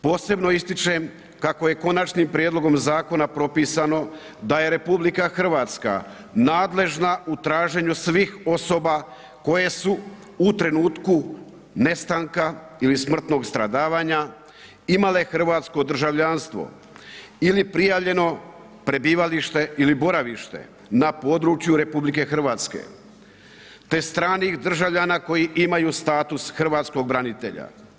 Posebno ističem kako je konačnim prijedlogom zakona propisano da je RH nadležna u traženju svih osoba koje su u trenutku nestanka ili smrtnog stradavanja imale hrvatsko državljanstvo ili prijavljeno prebivalište ili boravište na području RH te stranih državljana koji imaju status Hrvatskog branitelja.